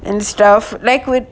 and stuff like would